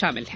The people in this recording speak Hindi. शामिल हैं